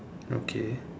okay